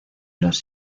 los